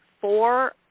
four